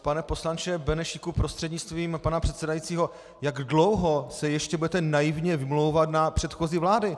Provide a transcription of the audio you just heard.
Pane poslanče Benešíku prostřednictvím pana předsedajícího, jak dlouho se ještě budete naivně vymlouvat na předchozí vlády?